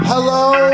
Hello